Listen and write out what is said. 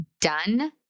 done